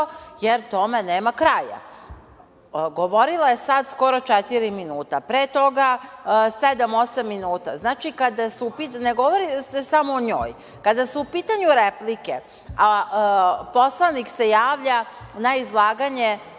jer tome nema kraja. Govorila je sada skoro četiri minuta, pre toga sedam, osam minuta. Ne govori se samo o njoj, kada su u pitanju replike, a poslanik se javlja na izlaganje,